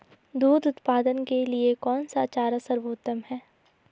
दूध उत्पादन के लिए कौन सा चारा सर्वोत्तम है?